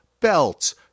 belts